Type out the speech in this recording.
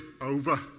over